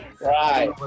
Right